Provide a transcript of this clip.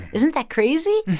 isn't that crazy?